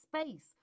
space